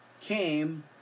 came